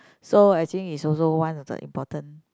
so I think it's also one of the important